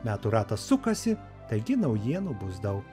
metų ratas sukasi taigi naujienų bus daug